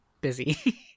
busy